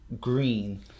green